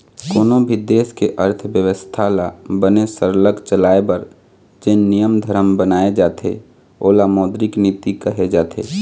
कोनों भी देश के अर्थबेवस्था ल बने सरलग चलाए बर जेन नियम धरम बनाए जाथे ओला मौद्रिक नीति कहे जाथे